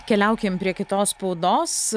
keliaukime prie kitos spaudos